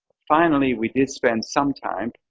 finally, we did spend some time,